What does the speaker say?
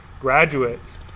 graduates